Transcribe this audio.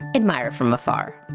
admire from afar.